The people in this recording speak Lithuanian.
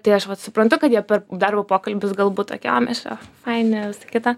tai aš vat suprantu kad jie per darbo pokalbius galbūt tokie va mes čia ai ne visa kita